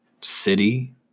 city